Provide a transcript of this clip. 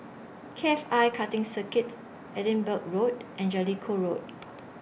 K F I Karting Circuit Edinburgh Road and Jellicoe Road